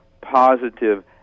positive